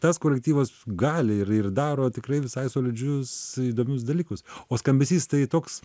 tas kolektyvas gali ir ir daro tikrai visai solidžius įdomius dalykus o skambesys tai toks